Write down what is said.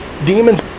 demons